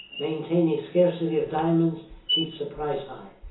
maintaining scarcity of diamonds keeps the price high.